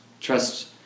trust